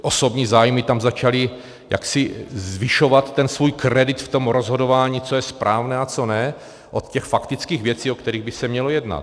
Ty osobní zájmy tam začaly jaksi zvyšovat ten svůj kredit v tom rozhodování, co je správné a co ne, od těch faktických věcí, o kterých by se mělo jednat.